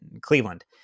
Cleveland